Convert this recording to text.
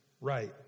Right